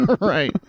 Right